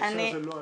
הנושא הזה לא עלה.